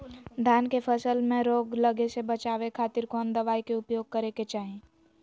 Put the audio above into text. धान के फसल मैं रोग लगे से बचावे खातिर कौन दवाई के उपयोग करें क्या चाहि?